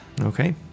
Okay